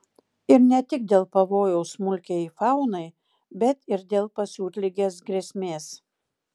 ir ne tik dėl pavojaus smulkiajai faunai bet ir dėl pasiutligės grėsmės